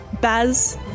Baz